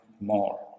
more